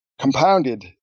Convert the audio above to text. compounded